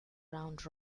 round